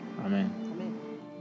Amen